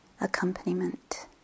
accompaniment